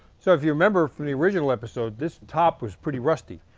so if you remember from the original episode, this top was pretty rusty.